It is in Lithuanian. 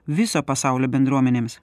viso pasaulio bendruomenėms